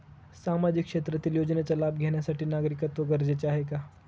सामाजिक क्षेत्रातील योजनेचा लाभ घेण्यासाठी नागरिकत्व गरजेचे आहे का?